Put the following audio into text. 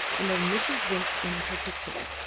and of mrs. vinck in particular.